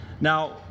Now